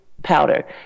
powder